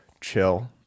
chill